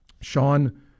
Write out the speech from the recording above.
Sean